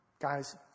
guys